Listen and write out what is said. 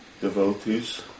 Devotees